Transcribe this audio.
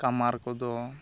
ᱠᱟᱢᱟᱨ ᱠᱚᱫᱚ